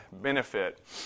benefit